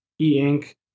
e-ink